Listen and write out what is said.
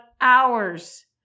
hours